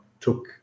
took